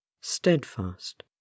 steadfast